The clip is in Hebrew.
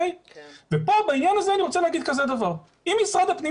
פה בעניין הזה אני רוצה להגיד כזה דבר: אם משרד הפנים